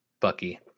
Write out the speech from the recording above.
bucky